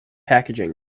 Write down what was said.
packaging